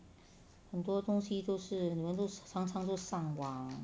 很多东西都是你们都是常常都上网